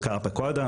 הוזכר פה קודם.